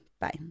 Bye